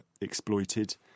exploited